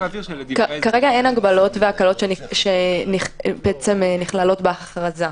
כרגע אין הגבלות והקלות שנכללות בהכרזה.